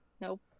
Nope